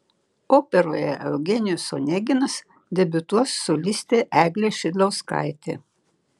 operoje eugenijus oneginas debiutuos solistė eglė šidlauskaitė